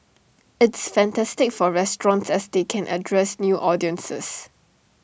it's fantastic for restaurants as they can address new audiences